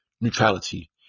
neutrality